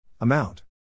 Amount